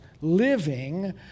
living